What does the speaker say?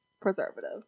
preservative